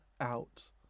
out